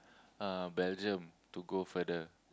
uh Belgium to go further